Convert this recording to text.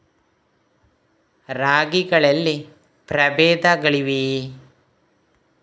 ರಾಗಿಗಳಲ್ಲಿ ಪ್ರಬೇಧಗಳಿವೆಯೇ?